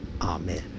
Amen